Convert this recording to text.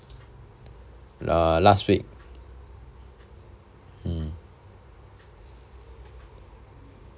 eh last week mm